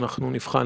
אנחנו נבחן.